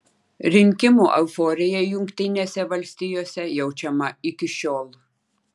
rinkimų euforija jungtinėse valstijose jaučiama iki šiol